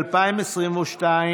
התשפ"ב